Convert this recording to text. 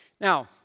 Now